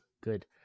Good